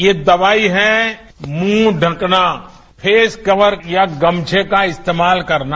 ये दवाई है मुंह ढ़कना फेसकवर या गमछे का इस्तेमाल करना